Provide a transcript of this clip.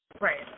Right